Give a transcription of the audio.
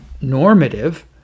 normative